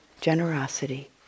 generosity